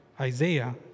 Isaiah